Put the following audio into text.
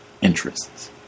interests